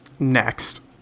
Next